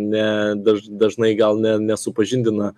ne daž dažnai gal ne nesupažindina